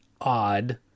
odd